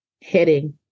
Heading